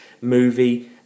Movie